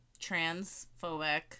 transphobic